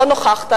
לא נכחת,